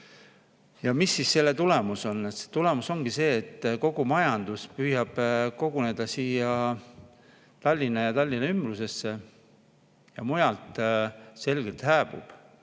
Ja mis siis selle tulemus on? Tulemus ongi see, et kogu majandus püüab koguneda Tallinna ja selle ümbrusesse, ja mujal selgelt hääbub.